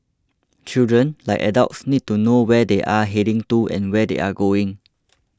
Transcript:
children like adults need to know where they are heading to and where they are going